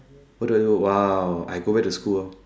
what do I do !wow! I go back to school lor